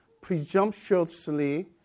presumptuously